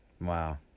Wow